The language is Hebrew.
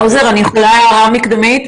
האוזר, אני יכולה הערה מקדמית?